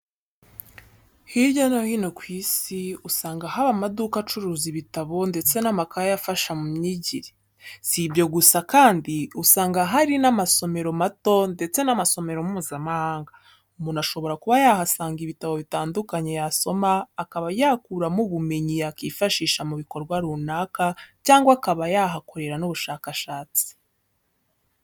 Hirya no hino ku isi usanga haba amaduka acuruza ibitabo ndetse n'amakayi afasha mu myijyire sibyo gusa kandi usanga hari n'amasomero mato ndetse n'amasomero mpuzamahanga, umuntu ashobora kuba yahasanga ibitabo bitandukanye yasoma akaba yakuramo ubumenyi yakifashisha mu bikorwa runaka cyangwa akaba yahakorera n'ubushakashatsi.